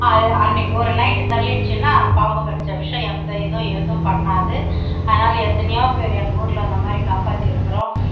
அது அன்னிக்கி ஒரு நைட்டு தள்ளிடிச்சுனா பாம்பு கடித்த விஷம் எந்த இதுவும் எதுவும் பண்ணாது அதனால் எத்தனையோ பேர் எங்கள் ஊரில் அந்த மாதிரி காப்பாத்திருக்கிறோம்